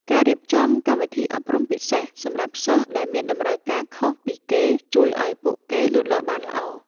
ការរៀបចំកម្មវិធីអប់រំពិសេសសម្រាប់សិស្សដែលមានតម្រូវការខុសពីគេជួយឱ្យពួកគេលូតលាស់បានល្អ។